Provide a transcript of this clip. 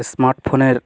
smart ফোনের